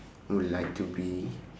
would like to be